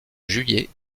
juillet